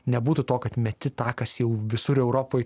nebūtų to kad meti tą kas jau visur europoj